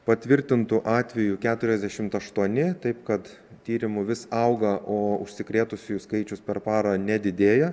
patvirtintų atvejų keturiasdešimt aštuoni taip kad tyrimų vis auga o užsikrėtusiųjų skaičius per parą nedidėja